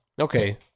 Okay